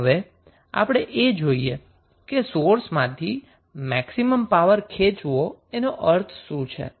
હવે આપણે એ જોઈએ કે સોર્સમાંથી મેક્સિમમ પાવર ખેચવો તેનો અર્થ શું છે